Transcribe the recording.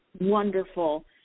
wonderful